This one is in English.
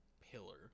pillar